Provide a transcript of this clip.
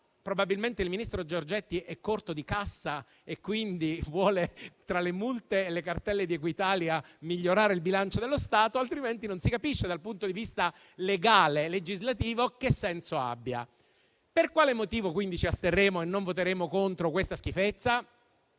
Probabilmente il ministro Giorgetti è a corto di cassa e quindi, tra le multe e le cartelle di Equitalia, vuole migliorare il bilancio dello Stato; altrimenti, non si capisce che senso abbia, dal punto di vista legale e legislativo. Per quale motivo ci asterremo e non voteremo contro questa schifezza?